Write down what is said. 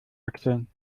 achseln